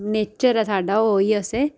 nature ऐ साड्डा ओह् ई असें